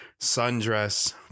sundress